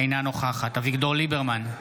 אינה נוכחת אביגדור ליברמן,